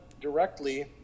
directly